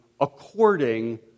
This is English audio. according